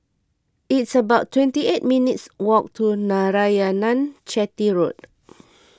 it's about twenty eight minutes' walk to Narayanan Chetty Road